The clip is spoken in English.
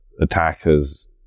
attackers